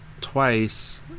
twice